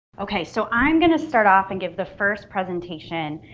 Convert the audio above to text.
okay, so i'm gonna start off and give the first presentation